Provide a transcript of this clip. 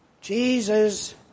Jesus